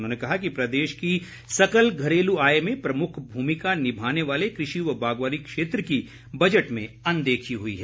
उन्होंने कहा कि प्रदेश की सकल घरेलू आय में प्रमुख भूमिका निभाने वाले कृषि व बागवानी क्षेत्र की बजट में अनदेखी हई है